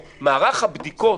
או, מערך הבדיקות